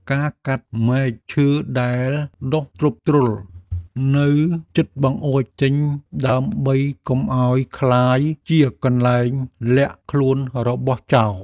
ការកាត់មែកឈើដែលដុះទ្រុបទ្រុលនៅជិតបង្អួចចេញដើម្បីកុំឱ្យក្លាយជាកន្លែងលាក់ខ្លួនរបស់ចោរ។